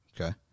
Okay